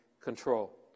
control